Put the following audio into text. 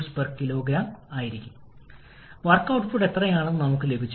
ഇനി നമുക്ക് അടിസ്ഥാന ചക്രത്തിലെ പരിഷ്കരണങ്ങളിലേക്ക് പോകാം